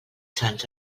sants